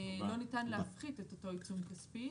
לא ניתן להפחית את אותו עיצום כספי